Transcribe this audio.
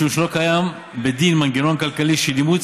משום שלא קיים בדין מנגנון כללי של אימוץ